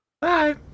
Bye